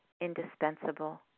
indispensable